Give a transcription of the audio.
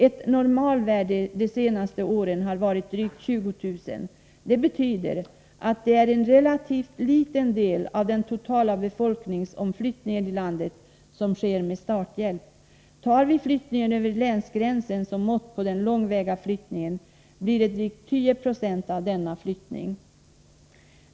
Ett normalvärde de senaste åren har varit drygt 20 000. Det betyder att det är en relativt liten del av den totala befolkningsomflyttningen i landet som sker med starthjälp. Tar vi flyttningen över länsgränser som mått på den långväga flyttningen finner vi att den utgör drygt 10 96.